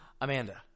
Amanda